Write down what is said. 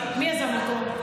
מי יזם אותו?